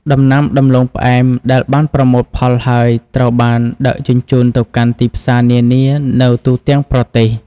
ដំណាំដំឡូងផ្អែមដែលបានប្រមូលផលហើយ ត្រូវបានដឹកជញ្ជូនទៅកាន់ទីផ្សារនានានៅទូទាំងប្រទេស។